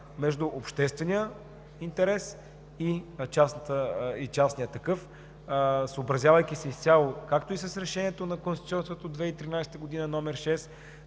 между обществения интерес и частния такъв, съобразявайки се изцяло както с Решението на Конституционния съд от 2003 г. –